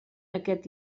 aquest